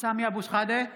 סמי אבו שחאדה,